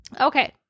Okay